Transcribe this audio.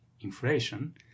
inflation